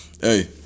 hey